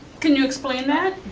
can you explain that.